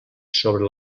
sobre